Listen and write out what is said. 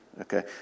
Okay